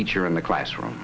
teacher in the classroom